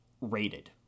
rated